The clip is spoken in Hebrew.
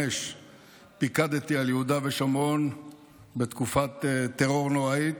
2005 פיקדתי על יהודה ושומרון בתקופת טרור נוראית,